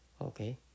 Okay